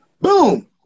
boom